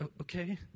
okay